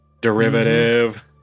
Derivative